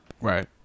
Right